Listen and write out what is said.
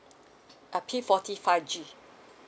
uh P forty five G